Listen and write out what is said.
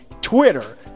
Twitter